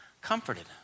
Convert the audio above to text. comforted